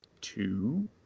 two